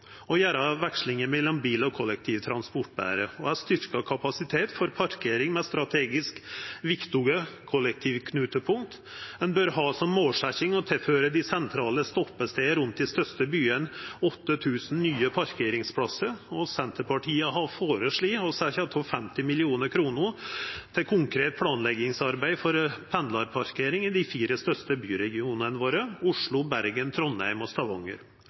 å gjera vekslinga mellom bil og kollektiv transport betre og å ha styrkja kapasitet for parkering ved strategisk viktige kollektivknutepunkt. Ein bør ha som målsetjing å tilføra dei sentrale stoppestadane rundt dei største byane 8 000 nye parkeringsplassar, og Senterpartiet har føreslått å setja av 50 mill. kr til konkret planleggingsarbeid for pendlarparkering i dei fire største byregionane våre: Oslo, Bergen, Trondheim og Stavanger.